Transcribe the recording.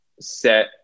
set